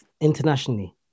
internationally